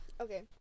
Okay